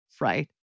Right